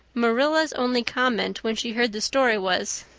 marilla's only comment when she heard the story was,